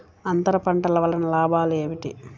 అంతర పంటల వలన లాభాలు ఏమిటి?